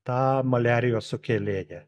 tą maliarijos sukėlėją